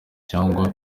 cyangwa